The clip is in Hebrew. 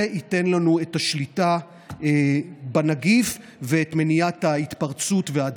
זה ייתן לנו את השליטה בנגיף ואת מניעת ההתפרצות וההדבקה.